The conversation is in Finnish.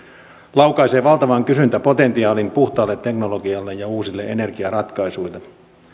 laukaisee valtavan kysyntäpotentiaalin puhtaalle teknologialle ja uusille energiaratkaisuille